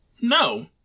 No